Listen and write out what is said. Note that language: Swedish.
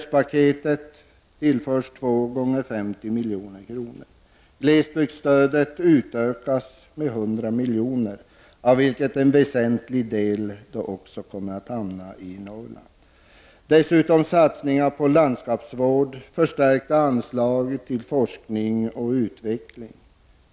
Dessutom tillförs åtgärdspaketet 2x50 milj.kr. Glesbygdsstödet utökas med 100 milj.kr., av vilka en väsentlig del hamnar i Norrland. Dessutom sker satsningar på landskapsvård. Områdena forskning och utveckling får förstärkta anslag.